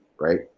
right